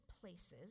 places